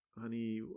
Honey